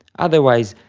otherwise,